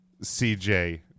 CJ